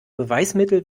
beweismittel